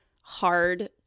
hard